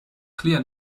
clear